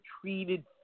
treated